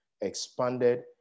expanded